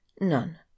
none